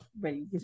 ready